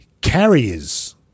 Carriers